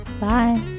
Bye